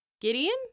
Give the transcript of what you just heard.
Gideon